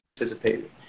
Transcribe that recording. anticipated